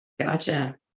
gotcha